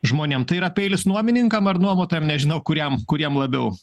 žmonėms tai yra peilis nuomininkam ar nuomotojam nežinau kuriam kuriem labiau